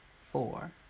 four